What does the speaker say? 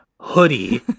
hoodie